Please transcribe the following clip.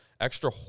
extra